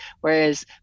Whereas